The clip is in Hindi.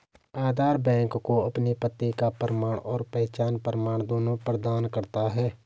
आधार बैंक को आपके पते का प्रमाण और पहचान प्रमाण दोनों प्रदान करता है